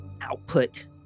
output